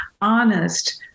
honest